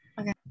Okay